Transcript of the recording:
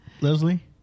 Leslie